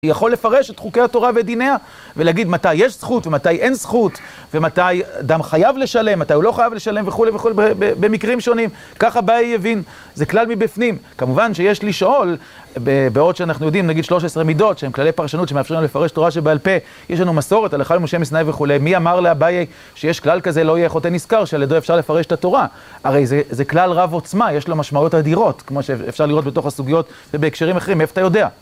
היא יכול לפרש את חוקי התורה ודיניה ולהגיד מתי יש זכות ומתי אין זכות, ומתי אדם חייב לשלם מתי הוא לא חייב לשלם וכולי וכולי במקרים שונים, ככה אביי הבין זה כלל מבפנים, כמובן שיש לשאול, בעוד שאנחנו יודעים נגיד שלוש עשרה מידות שהם כללי פרשנות שמאפשר לנו לפרש תורה שבעל פה יש לנו מסורת הלכה למשה מסיני וכולי, מי אמר לאביי שיש כלל כזה לא יהיה חוטא נשכר שעל ידו אפשר לפרש את התורה, הרי זה כלל רב עוצמה, יש לה משמעות אדירות כמו שאפשר לראות בתוך הסוגיות ובהקשרים אחרים מאיפה אתה יודע